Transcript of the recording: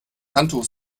handtuch